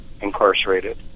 incarcerated